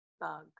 bug